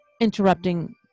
interrupting